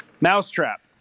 Mousetrap